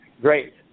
great